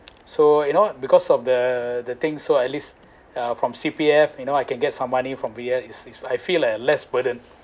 so you know because of the the thing so at least uh from C_P_F you know I can get some money from C_P_F I feel like less burden